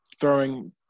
throwing